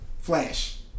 Flash